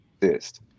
exist